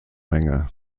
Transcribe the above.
menge